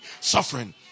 suffering